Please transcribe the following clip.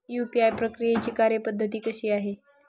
UPI प्रक्रियेची कार्यपद्धती कशी आहे?